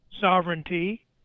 Sovereignty